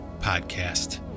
podcast